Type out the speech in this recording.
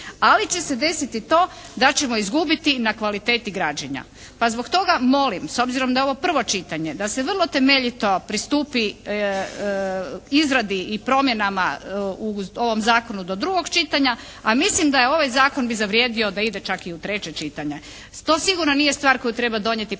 Ali će se desiti to da ćemo izgubiti na kvaliteti građenja. Pa zbog toga molim s obzirom da je ovo prvo čitanje da se vrlo temeljito pristupi izradi i promjenama u ovom zakonu do drugog čitanja, a mislim da ovaj zakon bi zavrijedio da ide čak i u treće čitanje. To sigurno nije stvar koju treba donijeti preko